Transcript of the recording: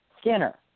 Skinner